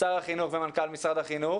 קבענו ישיבה להיערכות לשנת הלימודים